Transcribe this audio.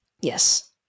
Yes